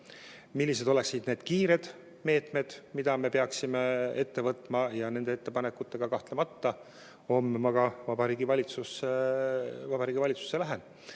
millised oleksid need kiired meetmed, mida me peaksime võtma. Ja nende ettepanekutega ma kahtlemata homme Vabariigi Valitsusse ka lähen.